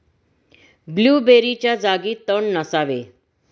ब्लूबेरीच्या जागी तण नसावे